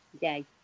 day